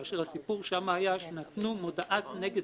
כאשר הסיפור שם היה שנתנו מודעת נגד